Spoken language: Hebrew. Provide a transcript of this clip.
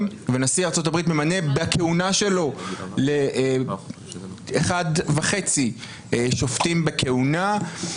ונשיא ארצות הברית ממנה בכהונה שלו אחד וחצי שופטים בכהונה.